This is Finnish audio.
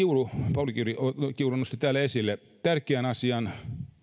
rahoitetaan siellä edustaja pauli kiuru nosti täällä esille tärkeän asian